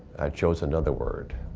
i chose another word